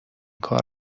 کار